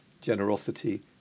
generosity